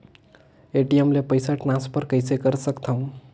ATM ले पईसा transfer कइसे कर सकथव?